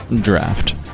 draft